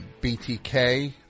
BTK